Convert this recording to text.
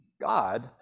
God